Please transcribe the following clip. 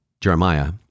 Jeremiah